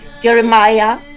Jeremiah